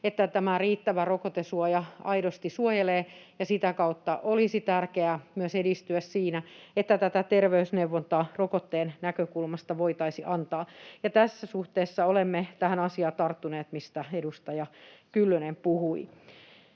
tämä riittävä rokotesuoja aidosti suojelee. Sitä kautta olisi tärkeää myös edistyä siinä, että tätä terveysneuvontaa rokotteen näkökulmasta voitaisiin antaa, ja tässä suhteessa olemme tähän asiaan tarttuneet, mistä edustaja Kyllönen puhui.